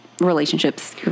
relationships